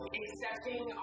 accepting